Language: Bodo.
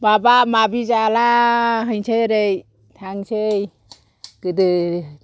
माबा माबि जाला हैनोसै ओरै थांसै गोदो